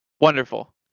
Wonderful